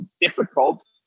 difficult